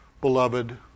beloved